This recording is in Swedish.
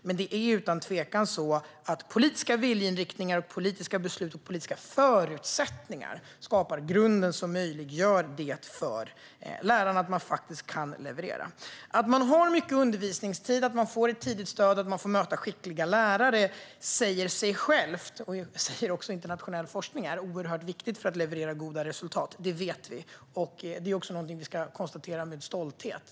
Utan tvivel är det så att politiska viljeinriktningar, beslut och förutsättningar skapar grunden som gör det möjligt för lärarna att leverera. Mycket undervisningstid, tidigt stöd och skickliga lärare, säger sig självt, och säger även internationell forskning, är oerhört viktigt för att leverera goda resultat. Det vet vi, och det är också något vi ska konstatera med stolthet.